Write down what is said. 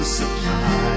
supply